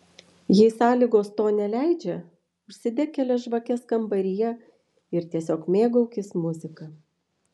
jei sąlygos to neleidžia užsidek kelias žvakes kambaryje ir tiesiog mėgaukis muzika